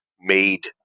made